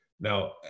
Now